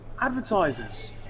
Advertisers